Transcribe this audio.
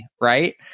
right